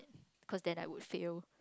cause then I would fail